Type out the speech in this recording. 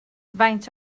faint